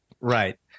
Right